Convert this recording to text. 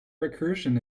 recursion